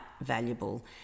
valuable